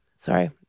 Sorry